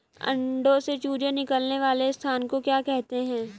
अंडों से चूजे निकलने वाले स्थान को क्या कहते हैं?